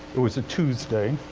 it was a tuesday.